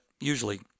usually